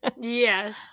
Yes